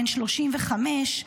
בן 35,